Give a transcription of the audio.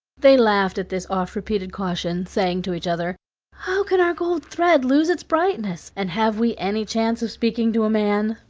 they laughed at this oft-repeated caution, saying to each other how can our gold thread lose its brightness, and have we any chance of speaking to a man?